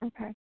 Okay